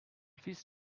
fizz